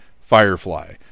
Firefly